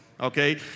okay